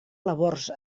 labors